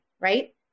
Right